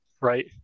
right